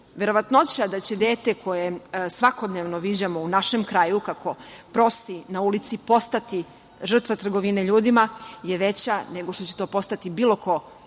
Verovatnoća da će dete koje svakodnevno viđamo u našem kraju kako prosi na ulici postati žrtva trgovine ljudima je veća nego što će to postati bilo ko